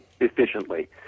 efficiently